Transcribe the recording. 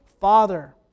Father